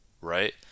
right